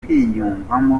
kwiyumvamo